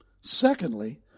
Secondly